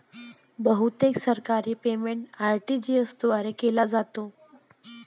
बहुतेक सरकारी payment RTGS द्वारे केले जात होते